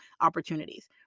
opportunities